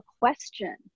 question